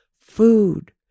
food